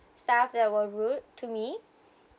staff that were rude to me